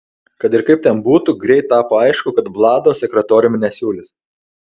kad ir kaip ten būtų greit tapo aišku kad vlado sekretoriumi nesiūlys